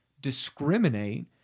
discriminate